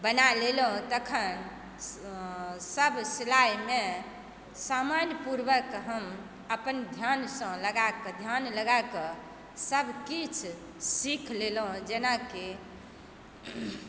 बना लेलहुँ तखन सब सिलाइमे समानपूर्वक हम अपन ध्यानसँ लगाकऽ ध्यान लगाकऽ सब किछु सीखि लेलहुँ जेना कि